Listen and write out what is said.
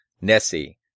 Nessie